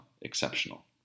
exceptional